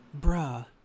Bruh